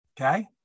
Okay